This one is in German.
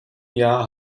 jahr